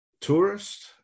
tourist